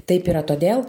taip yra todėl